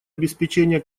обеспечения